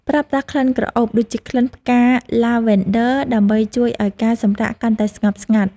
ប្រើប្រាស់ក្លិនក្រអូប ដូចជាក្លិនផ្កាឡាវែនឌ័រ ដើម្បីជួយឱ្យការសម្រាកកាន់តែស្ងប់ស្ងាត់។